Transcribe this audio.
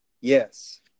Yes